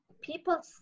people